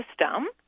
system